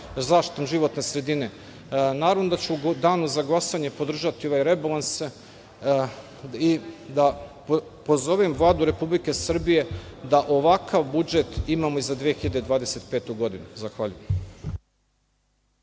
zaštitom životne sredine. Naravno da ću u danu za glasanje podržati ovaj rebalans i pozivam Vladu Republike Srbije da ovakav budžet imamo za 2025. godinu. Hvala.